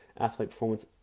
athleteperformance